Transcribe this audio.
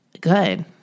Good